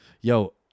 Yo